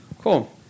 Cool